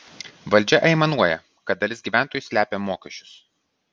valdžia aimanuoja kad dalis gyventojų slepia mokesčius